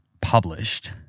published